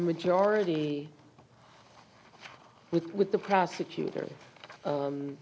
majority with with the prosecutor